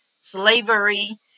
slavery